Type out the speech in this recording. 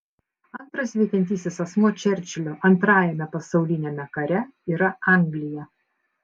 antras veikiantysis asmuo čerčilio antrajame pasauliniame kare yra anglija